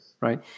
Right